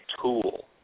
tool